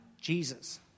Jesus